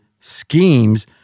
schemes